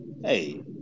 hey